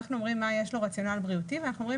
אנחנו אומרים מה יש לו רציונל בריאותי ואנחנו אומרים